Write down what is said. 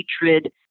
hatred